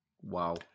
Wow